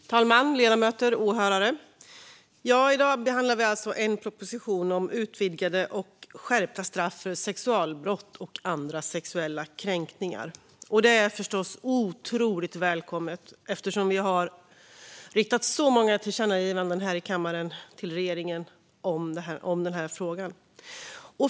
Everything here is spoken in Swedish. Fru talman, ledamöter och åhörare! I dag behandlar vi alltså en proposition om utvidgade och skärpta straff för sexualbrott och andra sexuella kränkningar. Det är förstås otroligt välkommet eftersom vi här i kammaren har riktat så många tillkännagivanden till regeringen i frågan.